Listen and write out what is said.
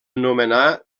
nomenar